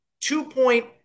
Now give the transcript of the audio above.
Two-point